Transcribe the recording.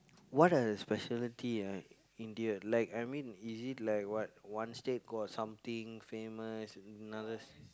what are the speciality ah India like I mean is it like what one state got something famous another